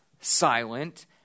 silent